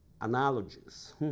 analogies